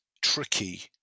tricky